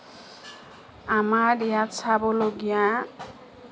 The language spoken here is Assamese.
আমাৰ ইয়াত চাবলগীয়া